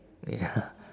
ya